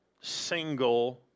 single